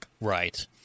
Right